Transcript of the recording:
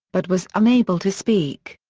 but was unable to speak.